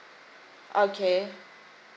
okay